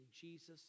Jesus